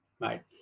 right